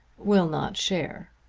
will not share.